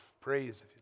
praise